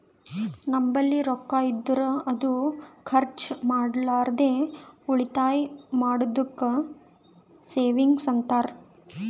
ನಂಬಲ್ಲಿ ರೊಕ್ಕಾ ಇದ್ದುರ್ ಅದು ಖರ್ಚ ಮಾಡ್ಲಾರ್ದೆ ಉಳಿತಾಯ್ ಮಾಡದ್ದುಕ್ ಸೇವಿಂಗ್ಸ್ ಅಂತಾರ